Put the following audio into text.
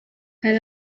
hari